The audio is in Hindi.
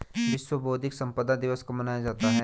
विश्व बौद्धिक संपदा दिवस कब मनाया जाता है?